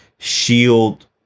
Shield